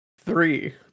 three